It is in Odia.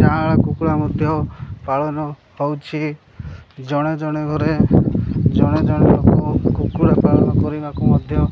ଜାଆଁଳ କୁକୁଡ଼ା ମଧ୍ୟ ପାଳନ ହେଉଛି ଜଣେ ଜଣେ ଘରେ ଜଣେ ଜଣେ ଲୋକ କୁକୁଡ଼ା ପାଳନ କରିବାକୁ ମଧ୍ୟ